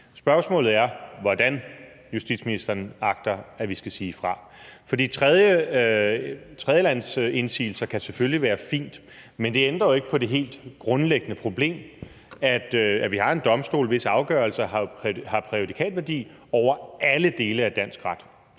Spørgsmålet er, hvordan justitsministeren agter at vi skal sige fra. For tredjelandsindsigelser kan selvfølgelig være fint, men det ændrer jo ikke på det helt grundlæggende problem, at vi har en domstol, hvis afgørelser har præjudikatværdi over alle dele af dansk ret.